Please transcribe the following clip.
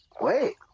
Wait